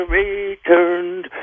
returned